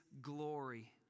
glory